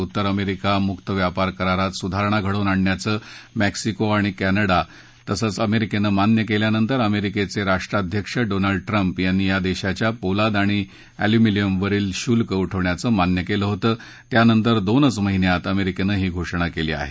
उत्तर अमेरिका मुक व्यापार करारात सुधारणा घडवून आणण्याचं मेक्सिको कॅनडा आणि अमेरिकेनं मान्य केल्यानंतर अमेरिकेचे राष्ट्राध्यक्ष डोनाल्ड ट्रम्प यांनी या देशांच्या पोलाद आणि एल्युमिनियम वरील शुल्क उठवण्याचं मान्य केलं होतं त्यानंतर दोनच महिन्यात अमेरिकेनं ही घोषणा केली आहे